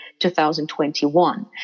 2021